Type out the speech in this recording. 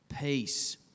peace